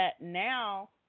now